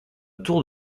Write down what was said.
tour